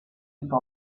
people